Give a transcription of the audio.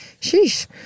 Sheesh